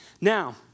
Now